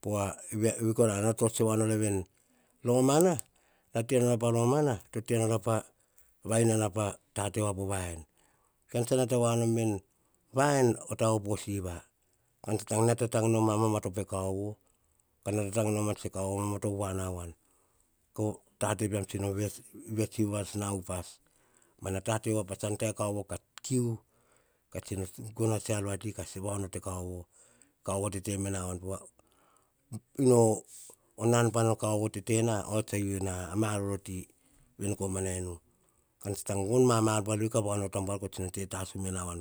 pova vei kor, nara tsotsoe wa nor veni kora. Romana nara te nor pa romana, tenora po va inana pa te te po vaen. Ean tsa nata wa nom veni, vaen, o taba vo siva. Ean tsa nata tank nom mamatopo e kauvo, nata tank tse kaovo ma ma topo na voan. Tate pean tsino va vets na upas. Mana tate pa ta e kauvo, ka kiu, ka gono tsi ar vati ka va onoto e kaovo, tete mena voan, povo nan ne kaovo tetena oyia to na ar voro ti, veni komana inu ean tsa tank, vonma ma ar buar ka va onoto abuar, ko te tasu mena avoan.